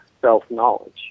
self-knowledge